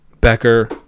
Becker